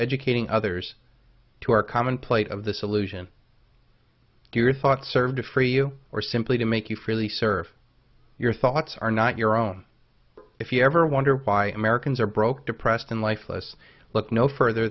educating others to our common place of this illusion your thoughts served to free you or simply to make you fairly serve your thoughts are not your own if you ever wonder why americans are broke depressed and lifeless look no further